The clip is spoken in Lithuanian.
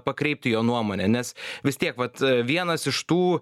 pakreipti jo nuomonę nes vis tiek vat vienas iš tų